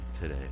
today